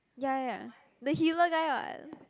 ya ya ya the healer guy [what]